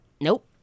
Nope